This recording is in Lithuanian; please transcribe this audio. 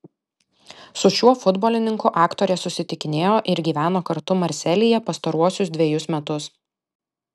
su šiuo futbolininku aktorė susitikinėjo ir gyveno kartu marselyje pastaruosius dvejus metus